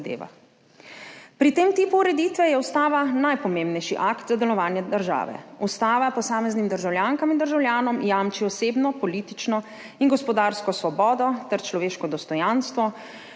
Pri tem tipu ureditve je ustava najpomembnejši akt za delovanje države. Ustava posameznim državljankam in državljanom jamči osebno, politično in gospodarsko svobodo ter človeško dostojanstvo,